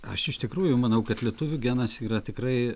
aš iš tikrųjų manau kad lietuvių genas yra tikrai